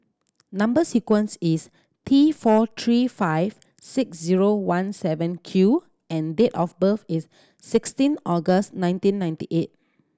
number sequence is T four three five six zero one seven Q and date of birth is sixteen August nineteen ninety eight